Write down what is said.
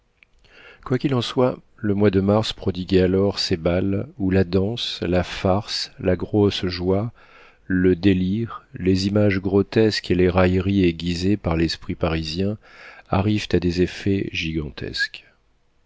quoi qu'il en soit le mois de mars prodiguait alors ces bals où la danse la farce la grosse joie le délire les images grotesques et les railleries aiguisées par l'esprit parisien arrivent à des effets gigantesques